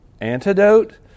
antidote